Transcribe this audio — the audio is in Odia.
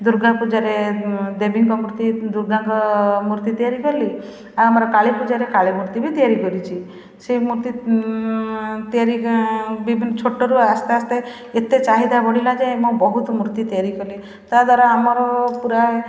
ଦୁର୍ଗା ପୂଜାରେ ଦେବୀଙ୍କ ମୂର୍ତ୍ତି ଦୁର୍ଗାଙ୍କ ମୂର୍ତ୍ତି ତିଆରି କଲି ଆଉ ଆମର କାଳୀ ପୂଜାରେ କାଳୀ ମୂର୍ତ୍ତି ବି ତିଆରି କରିଛି ସେ ମୂର୍ତ୍ତି ତିଆରି ଛୋଟରୁ ଆସ୍ତେ ଆସ୍ତେ ଏତେ ଚାହିଦା ବଢ଼ିଲା ଯେ ମୁଁ ବହୁତ ମୂର୍ତ୍ତି ତିଆରି କଲି ତା ଦ୍ୱାରା ଆମର ପୁରା